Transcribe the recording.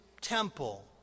temple